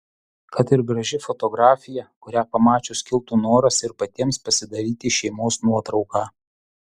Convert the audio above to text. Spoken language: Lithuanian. kad ir graži fotografija kurią pamačius kiltų noras ir patiems pasidaryti šeimos nuotrauką